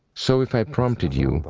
so if i prompted you,